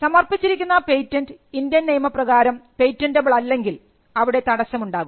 സമർപ്പിച്ചിരിക്കുന്ന patent Indian നിയമപ്രകാരം പേറ്റന്റബിളല്ലെങ്കിൽ അവിടെ തടസ്സം ഉണ്ടാകും